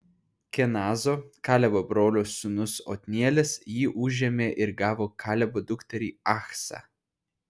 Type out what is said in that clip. kenazo kalebo brolio sūnus otnielis jį užėmė ir gavo kalebo dukterį achsą